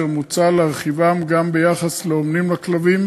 אשר מוצע להרחיבם גם ביחס לאומנים לכלבים